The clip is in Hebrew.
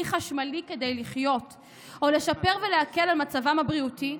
חשמלי כדי לחיות או לשפר ולהקל את מצבם הבריאותי,